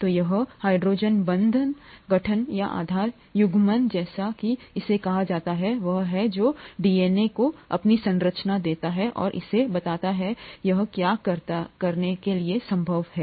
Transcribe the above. तो यह हाइड्रोजन बंधन गठन या आधार युग्मन जैसा कि इसे कहा जाता है वह है जो डीएनए को अपनी संरचना देता है और इसे बनाता है यह क्या करता है करने के लिए संभव है